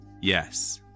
Yes